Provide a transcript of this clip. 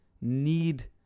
need